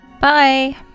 bye